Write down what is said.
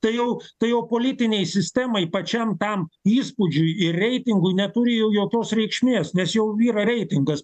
tai jau tai jau politinei sistemai pačiam tam įspūdžiui ir reitingui neturi jau jokios reikšmės nes jau yra reitingas